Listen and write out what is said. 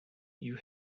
you